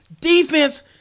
Defense